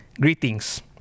Greetings